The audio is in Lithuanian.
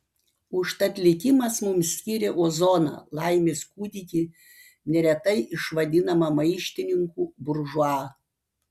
užtat likimas mums skyrė ozoną laimės kūdikį neretai išvadinamą maištininku buržua